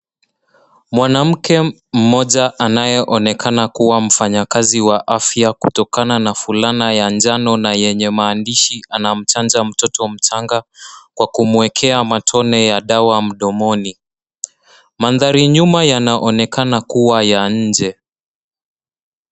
Mwanamke mmoja anayeonekana kuwa mfanyakazi afya kutokana na fulana ya njano na yenye maandishi, anamchanja mtoto mchanga kwa kumwekea matone ya dawa mdomoni. Mandhari nyuma yanaonekana kuwa ya nje.